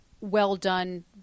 well-done